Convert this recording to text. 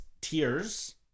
Tears